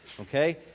Okay